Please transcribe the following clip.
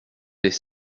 des